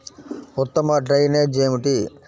ఉత్తమ డ్రైనేజ్ ఏమిటి?